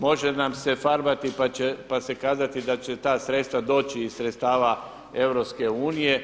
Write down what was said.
Može nam se farbati pa se kazati da će ta sredstva doći iz sredstava EU.